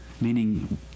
meaning